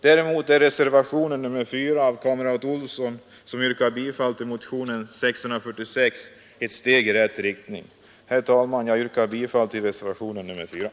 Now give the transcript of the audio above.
Däremot är reservationen IV av kamrat Olsson i Stockholm, som yrkar bifall till motionen 646, ett steg i rätt riktning. Herr talman! Jag yrkar bifall till reservationen IV.